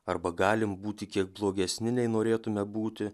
arba galim būti kiek blogesni nei norėtume būti